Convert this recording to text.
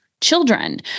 children